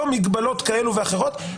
לא מגבלות כאלה ואחרות.